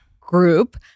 group